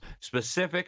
specific